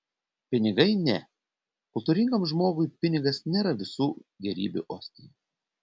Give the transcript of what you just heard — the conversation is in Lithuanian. pinigai ne kultūringam žmogui pinigas nėra visų gėrybių ostija